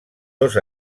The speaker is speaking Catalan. dos